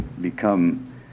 become